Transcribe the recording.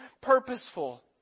purposeful